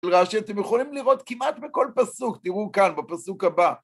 רש"י אתם יכולים לראות כמעט בכל פסוק, תראו כאן, בפסוק הבא.